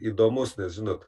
įdomus nes žinot